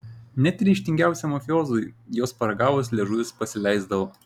net ryžtingiausiam mafiozui jos paragavus liežuvis pasileisdavo